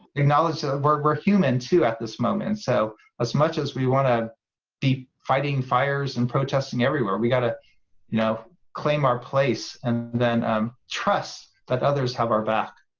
acknowledge that we're human too at this moment, and so as much as we want to be fighting fires and protesting everywhere, we got a you know claim our place and then um trust that others have our back.